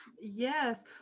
Yes